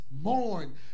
mourn